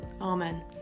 Amen